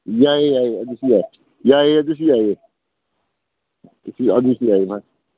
ꯌꯥꯏ ꯌꯥꯏ ꯑꯗꯨꯁꯨ ꯌꯥꯏ ꯌꯥꯏꯌꯦ ꯑꯗꯨꯁꯨ ꯌꯥꯏꯌꯦ ꯑꯗꯨꯁꯨ ꯌꯥꯏꯌꯦ ꯚꯥꯏ